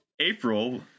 April